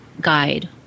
guide